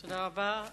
תודה רבה.